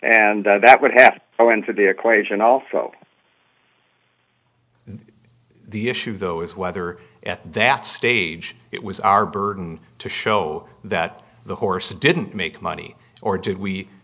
and that would have to go into the equation also the issue though is whether at that stage it was our burden to show that the horse didn't make money or did we